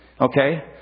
Okay